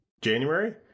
January